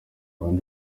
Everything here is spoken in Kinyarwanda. bandi